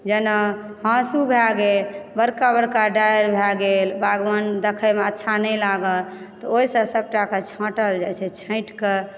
जेना हाँसु भए गेल बड़का बड़का डाढ़ि भए गेल बागवानी देखएमे अच्छा नहि लागल तऽ ओहिसँ सबटाके छाँटल जाइ छै छाँटिके